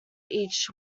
each